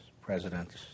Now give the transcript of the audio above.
presidents